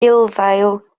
gulddail